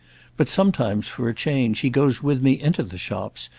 but sometimes, for a change, he goes with me into the shops,